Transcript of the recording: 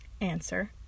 Answer